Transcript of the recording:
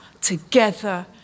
together